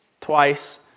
twice